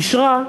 אישרה,